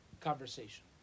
conversation